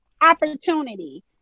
opportunity